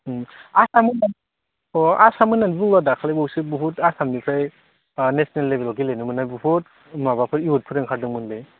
आसाम होननानै अ आसाम होननानै बुङोबा दाखालि बावैसो बहुत आसामनिफ्राय नेसनेल लेभेलाव गेलेनो मोननाय बहुद माबाफोर युथफोर ओंखारदोंमोन लै